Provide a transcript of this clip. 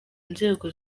inzego